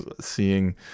seeing